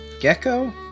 gecko